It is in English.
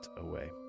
away